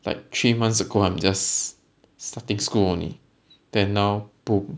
like three months ago I'm just starting school only then now boom